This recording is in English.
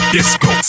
Disco